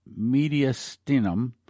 mediastinum